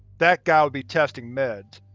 that guy will be testing meds,